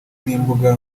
n’imbuga